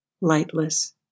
lightless